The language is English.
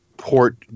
port